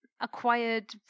acquired